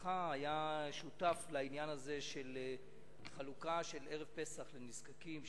משרדך היה שותף לעניין הזה של חלוקה בערב פסח לנזקקים,